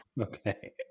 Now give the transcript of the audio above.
Okay